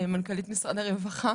מנכ"לית משרד הרווחה.